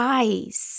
eyes